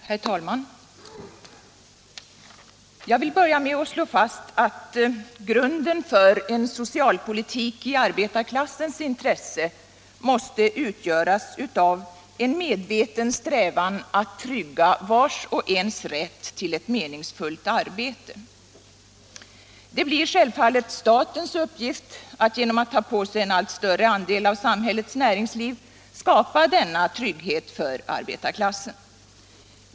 Herr talman! Jag vill börja med att slå fast att grunden för en socialpolitik i arbetarklassens intresse måste utgöras av en medveten strävan att trygga vars och ens rätt till ett meningsfullt arbete. Det blir självfallet statens uppgift att genom att ta på sig en allt större andel av samhällets näringsliv skapa denna trygghet för arbetarklassen.